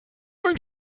einen